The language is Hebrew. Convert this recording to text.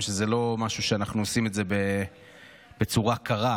שזה לא משהו שאנחנו עושים בצורה קרה.